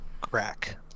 Crack